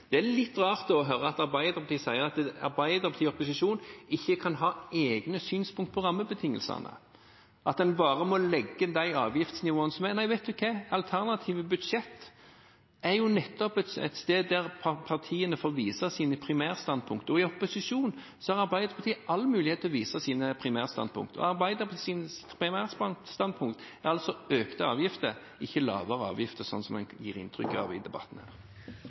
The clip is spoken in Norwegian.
Det er litt rart å høre at Arbeiderpartiet sier at Arbeiderpartiet i opposisjon ikke kan ha egne synspunkter på rammebetingelsene, at en bare må legge inn de avgiftsnivåene som er. Nei, vet du hva: Alternative budsjetter er jo nettopp et sted der partiene får vise sine primærstandpunkter, og i opposisjon har Arbeiderpartiet all mulighet til å vise sine primærstandpunkter, og Arbeiderpartiets primærstandpunkter er altså økte avgifter, ikke lavere avgifter sånn som en gir inntrykk av i debatten her.